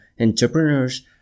entrepreneurs